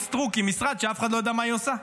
סטרוק עם משרד שאף אחד לא יודע מה היא עושה.